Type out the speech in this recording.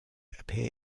appear